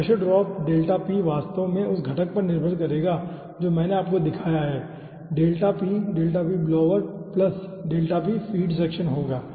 तो pressure drop delta p वास्तव में उस घटक पर निर्भर होगा जो मैंने आपको दिखाया है डेल्टा p होगा